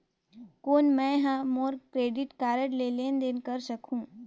कौन मैं ह मोर क्रेडिट कारड ले लेनदेन कर सकहुं?